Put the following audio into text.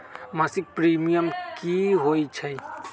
मासिक प्रीमियम की होई छई?